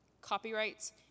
copyrights